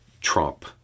Trump